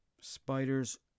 Spiders